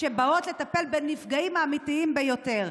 שבאות לטפל בנפגעים האמיתיים ביותר.